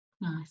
Nice